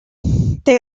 they